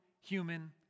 human